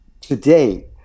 today